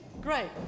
Great